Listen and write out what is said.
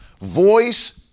voice